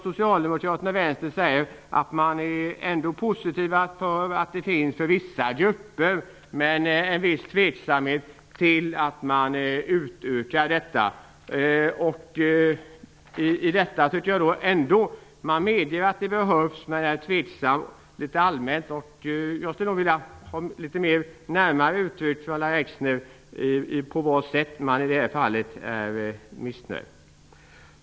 Socialdemokraterna och Vänsterpartiet säger ju att de är positiva till förslaget när det gäller vissa grupper, men att de ställer sig tveksamma till en utökning. Man medger alltså att de behövs, men är litet allmänt tveksam. Jag skulle vilja att Lahja Exner uttryckte litet närmare på vilket sätt man i det här fallet är missnöjd.